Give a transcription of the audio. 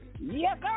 Yes